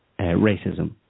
Racism